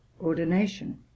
ordination